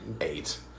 eight